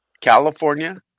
California